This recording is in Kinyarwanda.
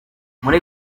muri